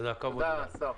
תודה, השר.